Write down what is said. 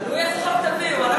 תלוי איזה חוק תביאו.